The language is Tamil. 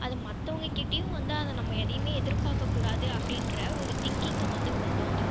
அது மற்றவங்ககிட்டேயும் வந்து அதை நம்ம எதையுமே எதிர்பார்க்கக்கூடாது அப்படின்ற ஒரு திங்க்கிங்கை வந்து கொண்டுட்டு வந்துடும்